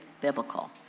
biblical